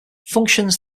functions